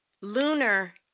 lunar